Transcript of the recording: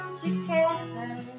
together